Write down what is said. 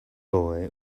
boy